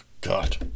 God